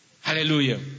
hallelujah